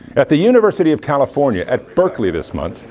at the university of california at berkeley this month,